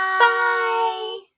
Bye